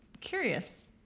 curious